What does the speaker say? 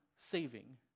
saving